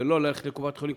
ולא הולכים לקופת-החולים,